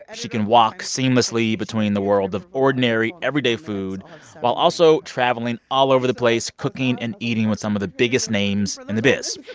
ah she can walk seamlessly between the world of ordinary, everyday food while also traveling all over the place, cooking and eating with some of the biggest names in the biz.